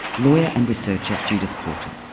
lawyer and researcher judith courtin.